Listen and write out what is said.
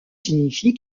signifie